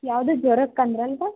ಯಾವುದು ಜ್ವರಕ್ಕೆ ಅಂದ್ರು ಅಂತ